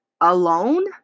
alone